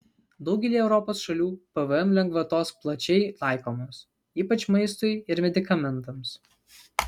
daugelyje europos šalių pvm lengvatos plačiai taikomos ypač maistui ir medikamentams